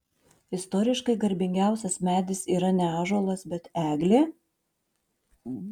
istoriškai garbingiausias medis yra ne ąžuolas bet eglė